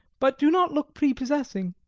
but do not look prepossessing.